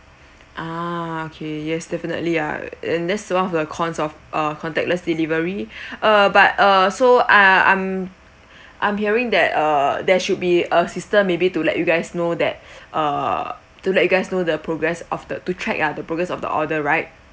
ah okay yes definitely ah and that's one of the cons of err contactless delivery uh but uh so uh I'm I'm hearing that uh there should be a system maybe to let you guys know that uh to let you guys know the progress of the to track ah the progress of the order right